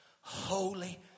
holy